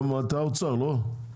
אתה אוצר, לא?